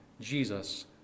Jesus